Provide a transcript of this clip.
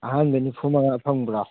ꯑꯍꯥꯟꯕ ꯅꯤꯐꯨ ꯃꯉꯥ ꯐꯪꯕ꯭ꯔꯣ